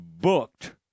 booked